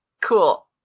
Cool